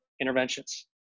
interventions